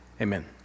Amen